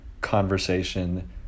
conversation